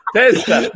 testa